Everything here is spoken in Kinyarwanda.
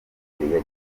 yagizwe